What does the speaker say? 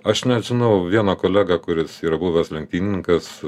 aš net žinau vieną kolegą kuris yra buvęs lenktynininkas